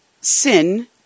sin